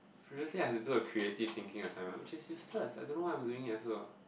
previously I had to do a creative thinking assignment which is useless I don't know why I am doing it also